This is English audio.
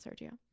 Sergio